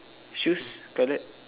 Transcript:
shoes colored